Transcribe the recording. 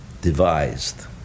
devised